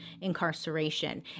incarceration